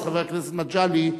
חבר הכנסת מגלי,